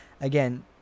again